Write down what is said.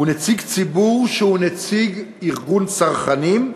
ונציג ציבור שהוא נציג ארגון צרכנים,